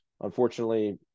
unfortunately